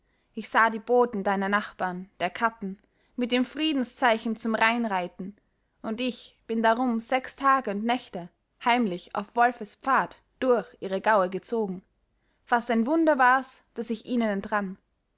ich sah die boten deiner nachbarn der katten mit dem friedenszeichen zum rhein reiten und ich bin darum sechs tage und nächte heimlich auf wolfespfad durch ihre gaue gezogen fast ein wunder war's daß ich ihnen